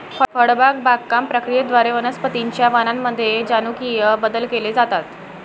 फळबाग बागकाम प्रक्रियेद्वारे वनस्पतीं च्या वाणांमध्ये जनुकीय बदल केले जातात